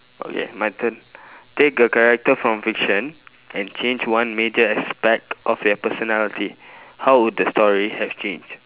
okay my turn take a character from fiction and change one major aspect of their personality how would the story have changed